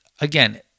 again